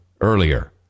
earlier